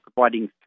providing